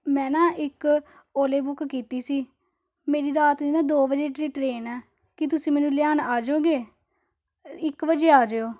ਮੈਂ ਨਾ ਇੱਕ ਓਲੇ ਬੁੱਕ ਕੀਤੀ ਸੀ ਮੇਰੀ ਰਾਤ ਦੀ ਨਾ ਦੋ ਵਜੇ ਦੀ ਟ੍ਰੇਨ ਆ ਕੀ ਤੁਸੀਂ ਮੈਨੂੰ ਲਿਆਉਣ ਆ ਜਾਓਗੇ ਇੱਕ ਵਜੇ ਆ ਜਾਇਓ